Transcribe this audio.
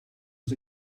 was